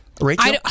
Rachel